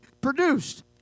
produced